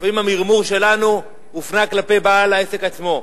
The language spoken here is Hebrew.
לפעמים המרמור שלנו הופנה כלפי בעל העסק עצמו,